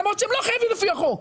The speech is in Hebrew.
למרות שהם לא חייבים לפי החוק.